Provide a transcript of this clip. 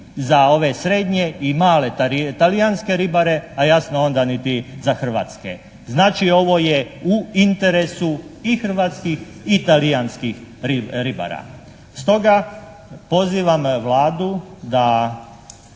za ove srednje i male talijanske ribare, a jasno onda niti za Hrvatske. Znači, ovo je u interesu i hrvatskih i talijanskih ribara. Stoga, pozivam Vladu da